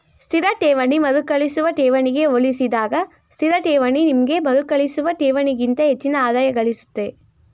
ಸ್ಥಿರ ಠೇವಣಿ ಮರುಕಳಿಸುವ ಠೇವಣಿಗೆ ಹೋಲಿಸಿದಾಗ ಸ್ಥಿರಠೇವಣಿ ನಿಮ್ಗೆ ಮರುಕಳಿಸುವ ಠೇವಣಿಗಿಂತ ಹೆಚ್ಚಿನ ಆದಾಯಗಳಿಸುತ್ತೆ